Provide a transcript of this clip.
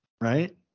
right